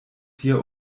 sia